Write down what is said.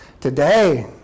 today